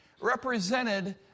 represented